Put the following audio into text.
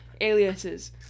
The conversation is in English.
aliases